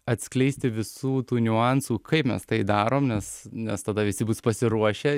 atskleisti visų tų niuansų kaip mes tai darom nes nes tada visi bus pasiruošę